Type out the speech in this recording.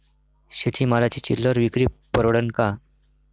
शेती मालाची चिल्लर विक्री परवडन का?